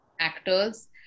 actors